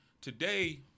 Today